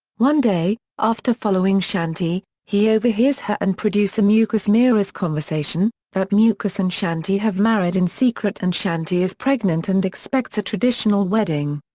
one day, after following shanti, he overhears her and producer mukesh mehra's conversation, that mukesh and shanti have married in secret and shanti is pregnant and expects a traditional wedding.